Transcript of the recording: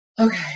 okay